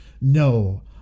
no